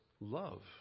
love